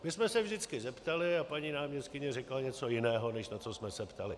My jsme se vždycky zeptali a paní náměstkyně řekla něco jiného, než na co jsme se ptali.